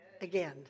again